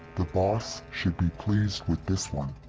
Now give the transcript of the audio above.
the boss should be pleased with this one.